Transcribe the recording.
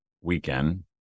weekend